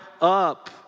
up